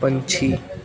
ਪੰਛੀ